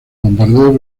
bombarderos